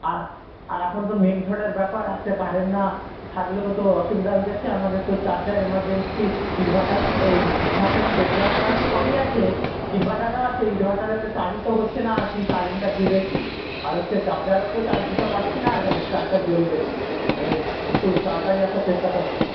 আর আর এখন তো মেঘ ঝড়ের ব্যাপার আছে কারেন্ট না থাকলে তো অসুবিধা হয়ে যাচ্ছে আমাদের তো চার্জার এমার্জেন্সি ইনভার্টার এই ইটভার্টার সবই আছে ইনভার্টারও আছে ইনভার্টারে তো চার্জই তো হচ্ছে না আর কি কারেন্টটা দেবে কী আর হচ্ছে চার্জারও তো চার্জ দিতে পারছি না চার্জটা জ্বলবে কী তাহলে একটু তাড়াতাড়ি আসার চেষ্টা করবেন